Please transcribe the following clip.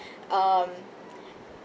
um